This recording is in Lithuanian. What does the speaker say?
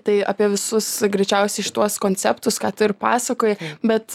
tai apie visus greičiausiai šituos konceptus ką tu ir pasakojai bet